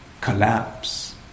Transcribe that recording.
collapse